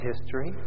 history